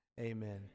Amen